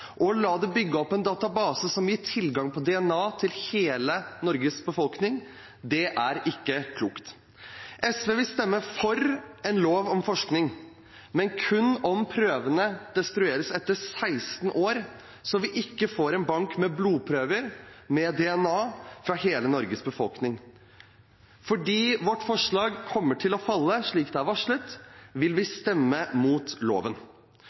bygge opp en database som gir tilgang på DNA fra hele Norges befolkning, er ikke klokt. SV vil stemme for en lov om forskning, men kun om prøvene destrueres etter 16 år, slik at vi ikke får en bank med blodprøver med DNA fra hele Norges befolkning. Fordi vårt forslag kommer til å falle – slik det er varslet – vil vi stemme imot loven.